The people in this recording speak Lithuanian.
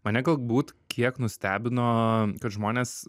mane galbūt kiek nustebino kad žmonės